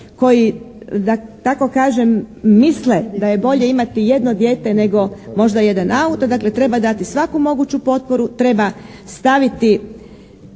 koji da tako kažem misle da je bolje imati jedno dijete nego možda jedan auto dakle treba dati svaku moguću potporu, treba staviti